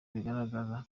bigaragaza